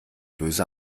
böse